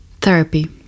therapy